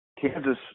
Kansas